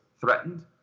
threatened